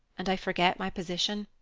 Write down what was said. and i forget my position.